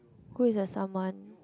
who is the someone